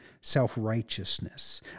self-righteousness